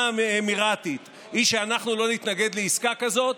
האמיריתית היא שאנחנו לא נתנגד לעסקה כזאת,